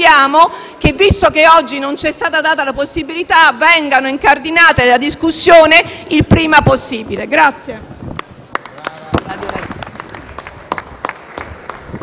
che, visto che oggi non c'è stata data la possibilità, ne venga incardinata la discussione prima possibile.